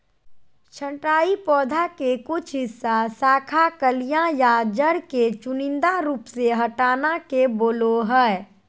छंटाई पौधा के कुछ हिस्सा, शाखा, कलियां या जड़ के चुनिंदा रूप से हटाना के बोलो हइ